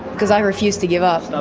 because i refuse to give up. up.